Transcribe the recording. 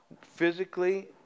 physically